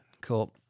cool